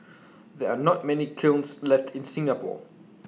there are not many kilns left in Singapore